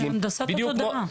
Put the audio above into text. זו הנדסת התודעה.